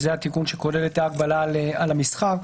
התיקון שכולל את ההגבלה על המסחר.